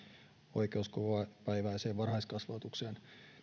oikeus kokopäiväiseen varhaiskasvatukseen